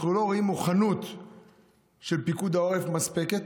אנחנו לא רואים מוכנות של פיקוד העורף, מספקת.